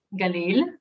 Galil